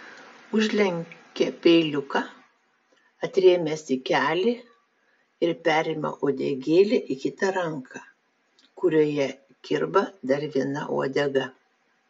užlenkia peiliuką atrėmęs į kelį ir perima uodegėlę į kitą ranką kurioje kirba dar viena uodega